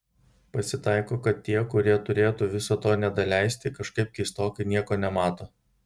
pasitaiko kad tie kurie turėtų viso to nedaleisti kažkaip keistokai nieko nemato